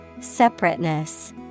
Separateness